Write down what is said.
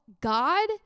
God